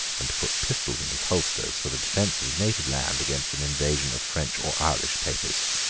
and to put pistols in his holsters, for the defence of his native land against an invasion of french or irish papists.